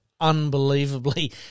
unbelievably